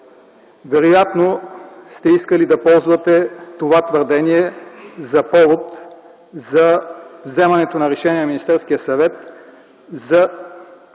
Вероятно сте искали да ползвате това твърдение като повод за взетото решение от Министерския съвет за стоварването